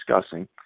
discussing